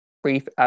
brief